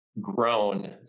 grown